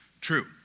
true